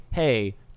hey